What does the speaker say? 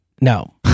No